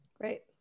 Great